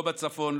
לא בצפון,